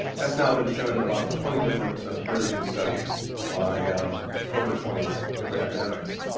that's now been shown in about twenty different peer-reviewed studies by ah um over twenty different academics.